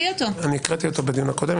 הקראתי אותו בדיון הקודם.